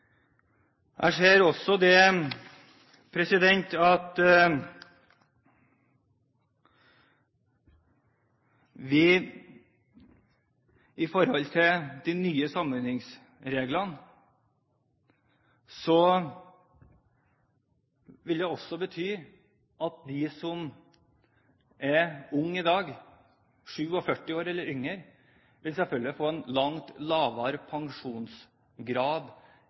Jeg ser også at de nye samordningsreglene vil bety at de som er unge i dag – 47 år eller yngre – vil få en langt lavere pensjonsgrad